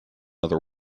other